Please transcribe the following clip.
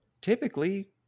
typically